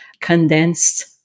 condensed